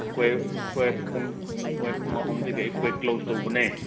ꯑꯩꯈꯣꯏ ꯑꯩꯈꯣꯏ ꯄꯨꯡ ꯑꯩꯈꯣꯏ ꯄꯨꯡ ꯑꯍꯨꯝꯗꯒꯤ ꯑꯩꯈꯣꯏ ꯀ꯭ꯂꯣꯁ ꯇꯧꯕꯅꯦ